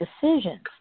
decisions